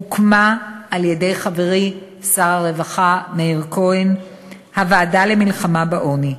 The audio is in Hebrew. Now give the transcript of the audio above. הוקמה על-ידי חברי שר הרווחה מאיר כהן הוועדה למלחמה בעוני,